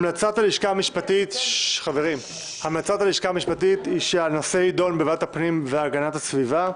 המלצת הלשכה המשפטית היא שהנושא יידון בוועדת הפנים והגנת הסביבה.